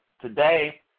today